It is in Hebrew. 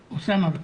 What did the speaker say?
בבקשה.